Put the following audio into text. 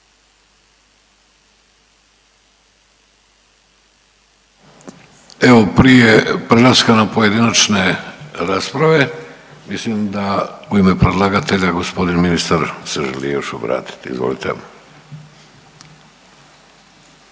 Evo prije prelaska na pojedinačne rasprave, mislim da u ime predlagatelja gospodin ministar se želi još obratiti. Izvolite.